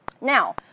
Now